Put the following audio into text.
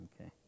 Okay